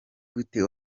gute